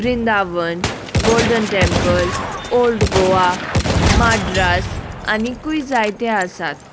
Vrindavan Golden Temple Old Goa Madras आनीकूय जायते आसात